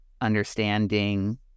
understanding